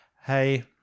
Hey